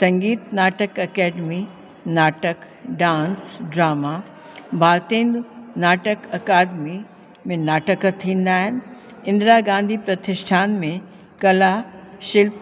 संगीत नाटक अकेडमी नाटक dance drama Bharatendu Natak Akademi में नाटक थींदा आहिनि इंद्रा गांधी प्रतिष्ठान में कला शिल्प